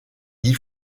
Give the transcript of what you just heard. dix